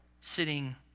sitting